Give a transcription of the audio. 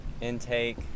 intake